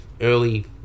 early